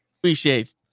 Appreciate